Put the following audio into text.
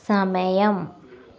സമയം